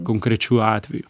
konkrečiu atveju